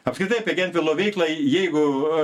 apskritai apie gentvilo veiklą jeigu